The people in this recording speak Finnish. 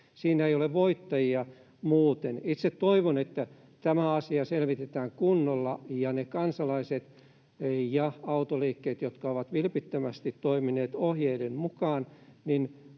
Siinä ei ole voittajia muuten. Itse toivon, että tämä asia selvitetään kunnolla ja ne kansalaiset ja autoliikkeet, jotka ovat vilpittömästi toimineet ohjeiden mukaan,